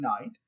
Night